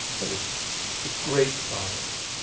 but it's it's great science.